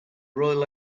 royal